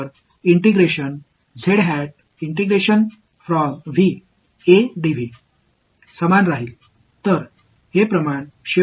எனவே இது ஒவ்வொரு கூறுகளிலும் ஒருங்கிணைப்பாக இருக்கும் dV அப்படியே உள்ளது